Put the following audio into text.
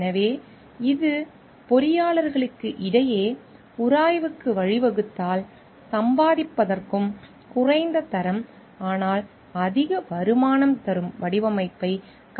எனவே இது பொறியாளர்களுக்கு இடையே உராய்வுக்கு வழிவகுத்தால் சம்பாதிப்பதற்கும் குறைந்த தரம் ஆனால் அதிக வருமானம் தரும் வடிவமைப்பைக் கடப்பதற்கும் ஆகும்